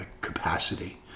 capacity